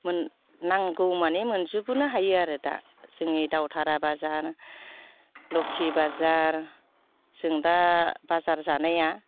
नांगौ मानि मोनजोबनो हायो आरो दा जोंनि दावथारा बाजार लखि बाजार जों दा बाजार जानाया